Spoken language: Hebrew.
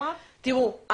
תראו,